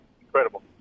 Incredible